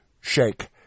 shake